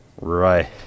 right